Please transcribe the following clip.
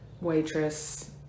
waitress